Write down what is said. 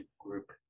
group